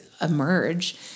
emerge